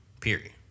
period